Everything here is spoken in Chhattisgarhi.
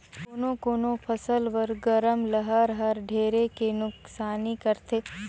कोनो कोनो फसल बर गरम लहर हर ढेरे के नुकसानी करथे